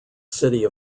city